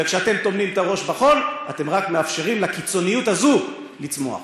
וכשאתם טומנים את הראש בחול אתם רק מאפשרים לקיצוניות הזאת לצמוח.